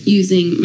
using